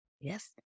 Yes